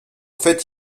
fait